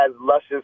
luscious